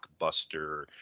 blockbuster